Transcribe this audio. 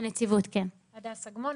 הדס אגמון,